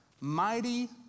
mighty